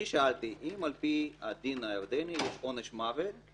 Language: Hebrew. אני שאלתי אם על פי הדין הירדני יש עונש מוות,